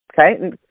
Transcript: okay